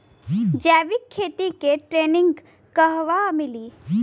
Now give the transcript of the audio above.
जैविक खेती के ट्रेनिग कहवा मिली?